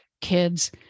kids